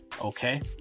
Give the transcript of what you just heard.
Okay